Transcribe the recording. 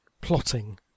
plotting